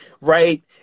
Right